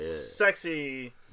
Sexy